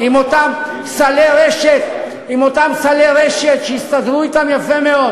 עם אותם סלי רשת שהסתדרו אתם יפה מאוד.